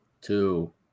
Two